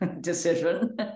decision